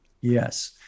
Yes